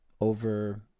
over